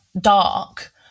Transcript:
dark